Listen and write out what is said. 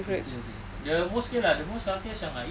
itu aje the most the most healthiest yang I eat